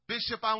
Bishop